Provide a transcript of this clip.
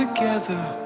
together